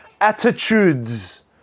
attitudes